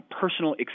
personal